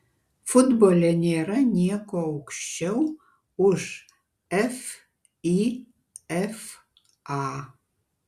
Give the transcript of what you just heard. futbole nėra nieko aukščiau už fifa